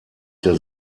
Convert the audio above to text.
der